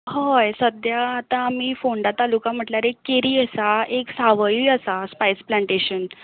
हय सद्या आतां आमी फोंडा तालुका म्हणल्यार एक केरी आसा एक सावय आसा स्पायस प्लांटेशन